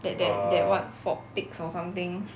that that that what foptics or something